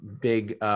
big –